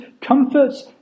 comforts